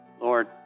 Lord